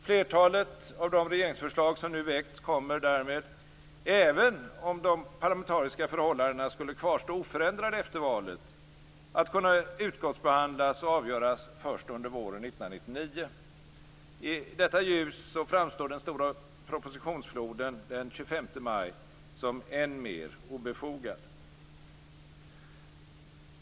Flertalet av de regeringsförslag som nu väckts kommer därmed - även om de parlamentariska förhållandena skulle kvarstå oförändrade efter valet - att kunna utskottsbehandlas och avgöras först under våren 1999. I detta ljus framstår den stora propositionsfloden den 25 maj som ännu mer obefogad.